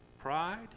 Pride